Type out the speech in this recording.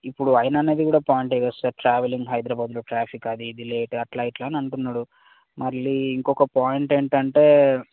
ఇప్పుడు ఆయన అనేది కూడా పాయింట్ కదా సార్ ట్రావెలింగ్ హైదరాబాదులో ట్రాఫిక్ అది ఇది లేట్ అట్లా ఇట్లా అని అంటున్నాడు మళ్ళీ ఇంకొక పాయింట్ ఏంటంటే